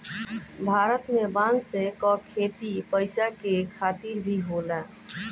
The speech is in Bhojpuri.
भारत में बांस क खेती पैसा के खातिर भी होला